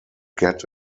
get